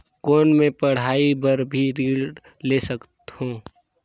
कौन मै पढ़ाई बर भी ऋण ले सकत हो?